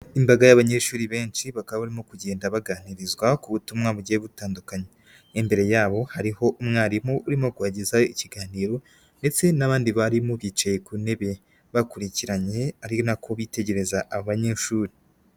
Imbaga y'abanyeshuri benshi, bakaba barimo kugenda baganirizwa ku butumwa bugiye butandukanye. N'imbere yabo hariho umwarimu urimo kubagezaho ikiganiro ndetse n'abandi barimu bicaye ku ntebe bakurikiranye, ari na ko bitegereza abanyeshuri.